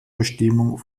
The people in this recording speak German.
bestimmung